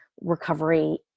recovery